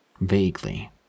Vaguely